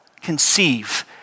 conceive